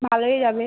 ভালোই যাবে